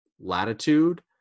latitude